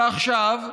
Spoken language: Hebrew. ועכשיו,